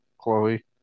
Chloe